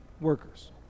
workers